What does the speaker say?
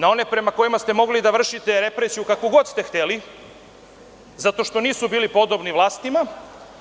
Na one prema kojima ste mogli da vršite represiju kakvu god ste hteli, zato što nisu bili podobni vlastima